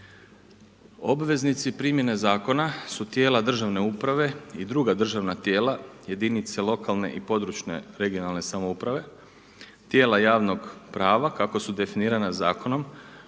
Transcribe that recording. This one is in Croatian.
Obveznici primjene zakona su tijela državne uprave i druga državna tijela jedinice lokalne i područne (regionalne) samouprave, tijela javnog prava kako su definirana zakonom